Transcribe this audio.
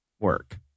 work